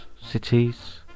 cities